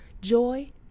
joy